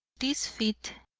this feat,